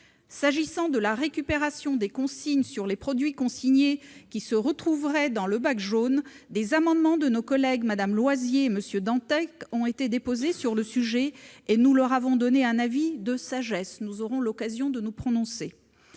S'agissant de la récupération des consignes sur les produits consignés qui se retrouveraient dans le bac jaune, des amendements de nos collègues Mme Loisier et M. Dantec ont été déposés sur le sujet, et nous leur avons réservé un avis de sagesse. Le Sénat aura l'occasion de se prononcer